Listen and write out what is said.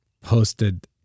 posted